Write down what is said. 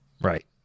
right